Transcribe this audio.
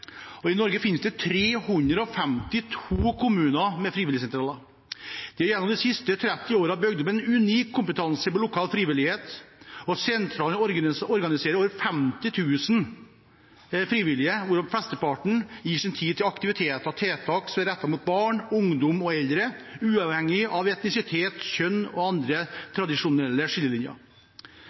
finnes det 352 kommuner med frivilligsentraler. Det er gjennom de siste 30 årene bygd opp en unik kompetanse på lokal frivillighet, og sentralene organiserer over 50 000 frivillige, hvorav flesteparten gir av sin tid til aktiviteter og tiltak rettet mot barn, ungdom og eldre, uavhengig av etnisitet, kjønn og andre tradisjonelle skillelinjer.